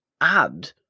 add